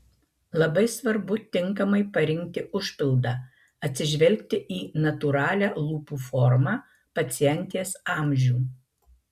labai svarbu tinkamai parinkti užpildą atsižvelgti į natūralią lūpų formą pacientės amžių